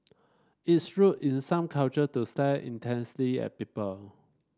it's rude is some culture to stare intensely at people